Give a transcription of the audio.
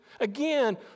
Again